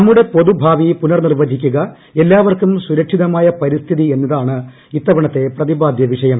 നമ്മുടെ പൊതുഭാവി പുനർനിർവ്വചിക്കുക എല്ലാവർക്കും സുരക്ഷിതമായ പരിസ്ഥിതി എന്നതാണ് ഇത്തവണത്തെ പ്രതിപാദൃ വിഷയം